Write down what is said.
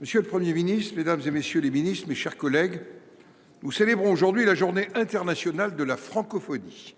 Monsieur le Premier ministre, mesdames, messieurs les ministres, mes chers collègues, nous célébrons aujourd’hui la Journée internationale de la francophonie.